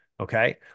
Okay